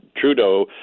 Trudeau